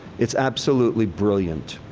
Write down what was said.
it's absolutely brilliant.